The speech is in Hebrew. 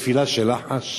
תפילה של לחש,